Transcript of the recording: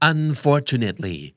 Unfortunately